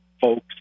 folks